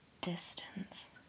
distance